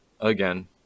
again